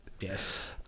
yes